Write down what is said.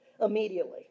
Immediately